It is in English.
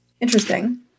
Interesting